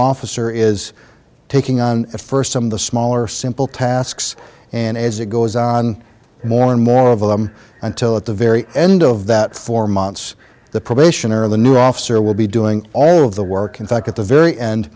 officer is taking on at first some of the smaller simple tasks and as it goes on more and more of them until at the very end of that four months the probation or the new officer will be doing all of the work in fact at the very end